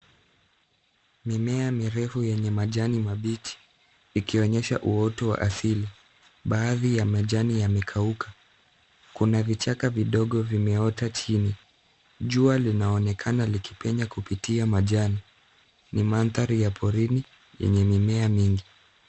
Mimea mirefu yenye majani mabichi ikionyesha uotu wa asili, baadhi ya majani yamekauka. Kuna vichaka vidogo vimeota chini. Jua linaonekana likipenya kupitia majani. Ni mandhari ya porini yenye mimea mingi.